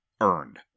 earned